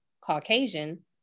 Caucasian